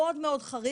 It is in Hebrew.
מאוד מאוד חריג,